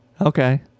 Okay